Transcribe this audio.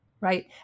Right